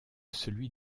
celui